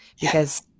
because-